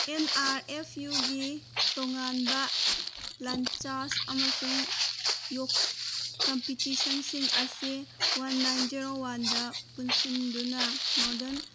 and R F ꯌꯨꯒꯤ ꯇꯣꯉꯥꯟꯕ ꯂꯟꯆꯥꯁ ꯑꯃꯁꯨꯡ ꯌꯣꯛꯁ ꯀꯝꯄꯤꯇꯤꯁꯟꯁꯤꯡ ꯑꯁꯤ ꯋꯥꯟ ꯅꯥꯏꯟ ꯖꯦꯔꯣ ꯋꯥꯟꯗ ꯄꯨꯟꯁꯤꯟꯗꯨꯅ ꯅꯣꯔꯗꯔꯟ